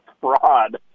fraud